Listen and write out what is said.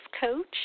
coach